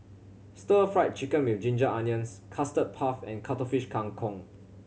Stir Fried Chicken With Ginger Onions Custard Puff and Cuttlefish Kang Kong